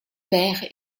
père